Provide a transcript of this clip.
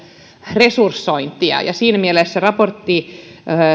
resursointia siinä mielessä raportti